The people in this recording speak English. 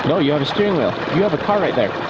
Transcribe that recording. no, you have a steering wheel. you have a car right there.